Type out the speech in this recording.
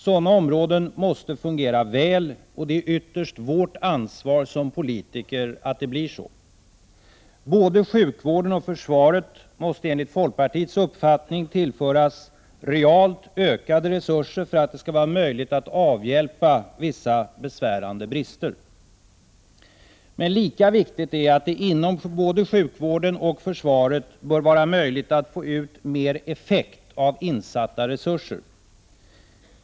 Sådana områden måste fungera väl, och det är ytterst vårt ansvar som politiker att det blir så. Både sjukvården och försvaret måste enligt folkpartiets uppfattning tillföras realt ökade resurser för att det skall vara möjligt att avhjälpa vissa besvärande brister. Men lika viktigt är att det inom både sjukvården och försvaret bör vara möjligt att få ut mer effekt av insatta resurser.